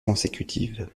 consécutives